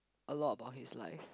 a lot about his life